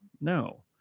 No